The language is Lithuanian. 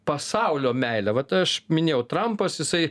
pasaulio meilę vat aš minėjau trampas jisai